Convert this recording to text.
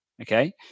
Okay